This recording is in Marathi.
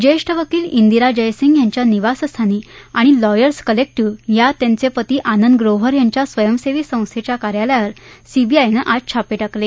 ज्येष्ठ वकील दिरा जयसिंग यांच्या निवासस्थानी आणि लॉयर्स कलेक्टीव्ह ह्या त्यांचे पती आनंद ग्रोव्हर यांच्या स्वयंसेवी संस्थेच्या कार्यालयावर सीबीआयनं आज छापे टाकले